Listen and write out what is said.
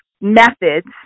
methods